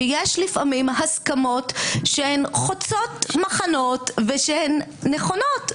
שיש לפעמים הסכמות שהן חוצות מחנות ושהן נכונות.